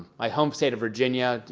my home state of virginia,